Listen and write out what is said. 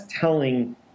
telling